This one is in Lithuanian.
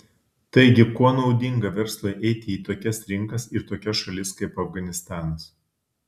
taigi kuo naudinga verslui eiti į tokias rinkas ir tokias šalis kaip afganistanas